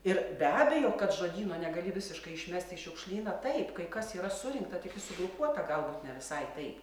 ir be abejo kad žodyno negali visiškai išmesti į šiukšlyną taip kai kas yra surinkta tik ji sugrupuota gal ne visai taip